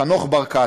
חנוך ברקת,